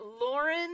Lauren